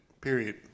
Period